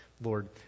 Lord